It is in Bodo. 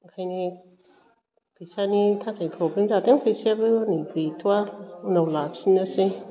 ओंखायनो फैसानि थाखाय प्रब्लेम जादों फैसायाबो हनै गैथ'वा उनाव लाफिन्नोसै